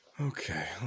Okay